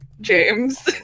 James